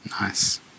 Nice